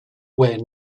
where